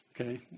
okay